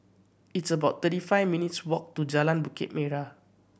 it's about thirty five minutes' walk to Jalan Bukit Merah